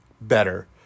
better